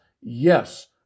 Yes